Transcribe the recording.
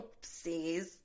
Oopsies